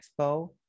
Expo